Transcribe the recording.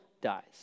dies